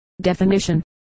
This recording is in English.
definition